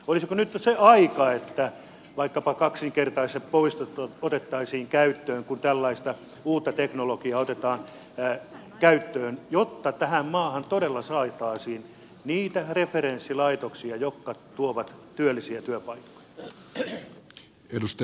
olisiko nyt se aika että vaikkapa kaksinkertaiset poistot otettaisiin käyttöön kun tällaista uutta teknologiaa otetaan käyttöön jotta tähän maahan todella saataisiin niitä referenssilaitoksia jotka tuovat työllisiä työpaikkoja